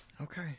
okay